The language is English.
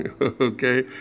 okay